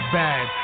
bad